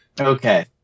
Okay